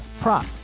prop